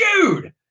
dude